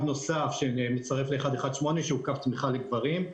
נוסף שמצטרף ל-118 שהוא קו תמיכה לגברים,